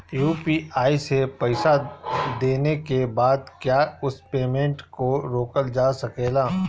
UPI से पईसा देने के बाद क्या उस पेमेंट को रोकल जा सकेला?